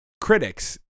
critics